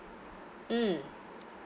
mm